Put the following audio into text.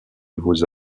nouveaux